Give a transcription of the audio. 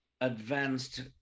advanced